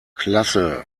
klasse